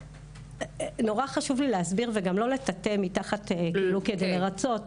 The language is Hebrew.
נורא חשוב לי להסביר וגם לא לטאטא מתחת כדי לרצות,